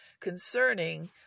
concerning